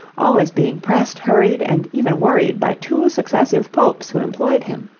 always being pressed, hurried, and even worried by two successive popes who employed him.